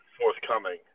forthcoming